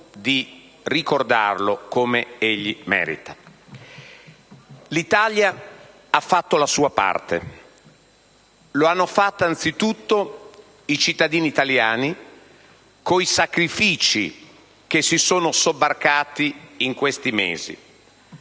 L'Italia ha fatto la sua parte: l'hanno fatta anzitutto i cittadini italiani con i sacrifici che si sono sobbarcati in questi mesi;